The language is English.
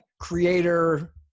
creator